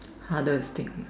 harder to think